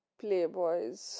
playboys